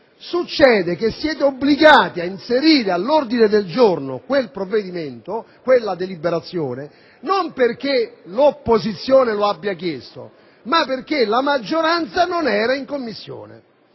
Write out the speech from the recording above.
questo caso siete obbligati ad inserire all'ordine del giorno quella deliberazione non perché l'opposizione lo abbia chiesto, ma perché la maggioranza non era in Commissione.